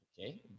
Okay